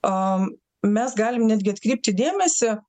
am mes galim netgi atkreipti dėmesį